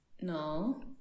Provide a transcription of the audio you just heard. no